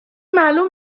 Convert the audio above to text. معلوم